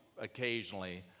occasionally